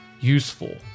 useful